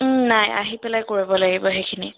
নাই আহি পেলাই কৰিব লাগিব সেইখিনি